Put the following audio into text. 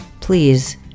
Please